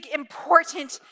important